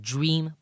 Dream